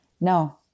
No